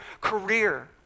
career